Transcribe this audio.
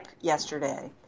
yesterday